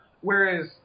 Whereas